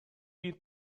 you